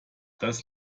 das